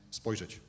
spojrzeć